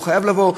הוא חייב לבוא.